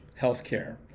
healthcare